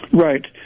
Right